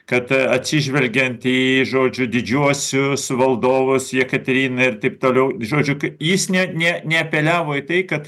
kad atsižvelgiant į žodžiu didžiuosius valdovus jekateriną ir taip toliau žodžiu jis ne ne neapeliavo į tai kad